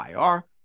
IR